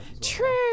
true